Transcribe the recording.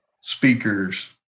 speakers